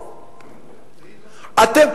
אתם,